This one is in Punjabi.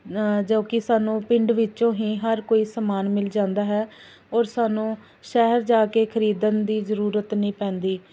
ਜੋ ਕਿ ਸਾਨੂੰ ਪਿੰਡ ਵਿੱਚੋਂ ਹੀ ਹਰ ਕੋਈ ਸਮਾਨ ਮਿਲ ਜਾਂਦਾ ਹੈ ਔਰ ਸਾਨੂੰ ਸ਼ਹਿਰ ਜਾ ਕੇ ਖਰੀਦਣ ਦੀ ਜ਼ਰੂਰਤ ਨਹੀਂ ਪੈਂਦੀ